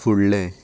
फुडलें